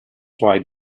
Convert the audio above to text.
why